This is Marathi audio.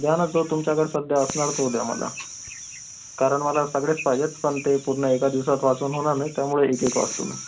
द्या ना जो तुमच्याकडे सध्या असणार तो द्या मला कारण मला सगळेच पाहिजेत पण ते पूर्ण एका दिवसांत वाचून होणार नाहीत त्यामुळे एक एक वाचतो मी